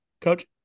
Coach